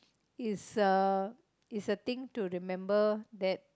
is uh is a thing to remember that